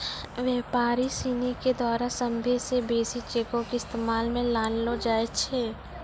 व्यापारी सिनी के द्वारा सभ्भे से बेसी चेको के इस्तेमाल मे लानलो जाय छै